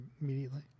immediately